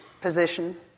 position